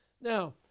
Now